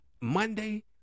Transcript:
Monday